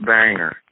Banger